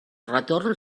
retorn